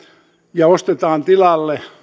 ja ostetaan tilalle